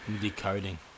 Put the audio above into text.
decoding